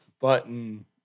Button